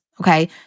Okay